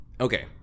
Okay